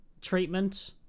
treatment